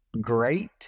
great